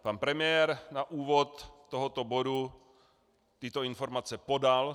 Pan premiér na úvod tohoto bodu tyto informace podal.